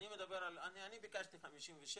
השר להשכלה גבוהה ומשלימה זאב אלקין: אני ביקשתי 56,